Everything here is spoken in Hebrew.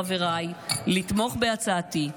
חבריי, לתמוך בהצעתי.